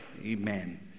Amen